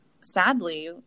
sadly